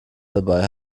dabei